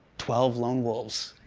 twelve lone wolves